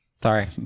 Sorry